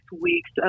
weeks